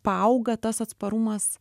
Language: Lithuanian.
paauga tas atsparumas